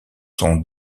son